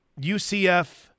UCF